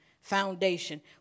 foundation